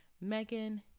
megan